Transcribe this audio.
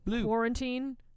quarantine